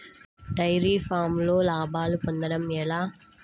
Dairy ఫామ్లో లాభాలు పొందడం ఎలా?